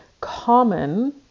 common